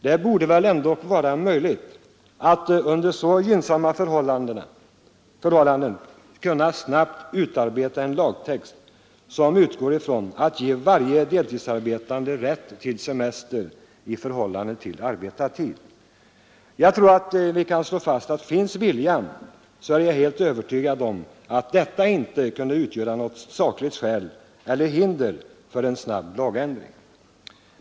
Det borde väl ändock vara möjligt att under så gynnsamma förhållanden snabbt utarbeta en lagtext som utgår ifrån att man skall ge varje deltidsarbetande rätt till semester i förhållande till arbetad tid. Jag är helt övertygad om att finns viljan föreligger det inte något sakligt skäl eller hinder för en snabb lagändring.